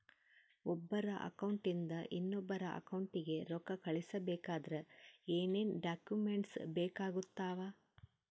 ಒಬ್ಬರ ಅಕೌಂಟ್ ಇಂದ ಇನ್ನೊಬ್ಬರ ಅಕೌಂಟಿಗೆ ರೊಕ್ಕ ಕಳಿಸಬೇಕಾದ್ರೆ ಏನೇನ್ ಡಾಕ್ಯೂಮೆಂಟ್ಸ್ ಬೇಕಾಗುತ್ತಾವ?